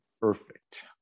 Perfect